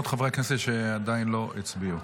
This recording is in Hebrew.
הכנסת שעדיין לא הצביעו.